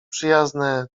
przyjazne